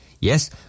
Yes